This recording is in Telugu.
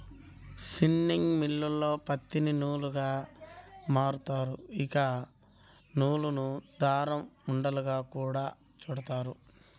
స్పిన్నింగ్ మిల్లుల్లోనే పత్తిని నూలుగా మారుత్తారు, ఇంకా నూలును దారం ఉండలుగా గూడా చుడతారు